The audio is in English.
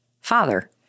father